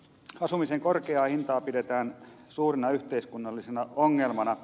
asumisen korkeaa hintaa pidetään suurena yhteiskunnallisena ongelmana